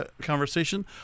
conversation